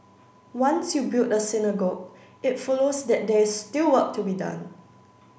once you build a synagogue it follows that they still work to be done